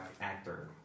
actor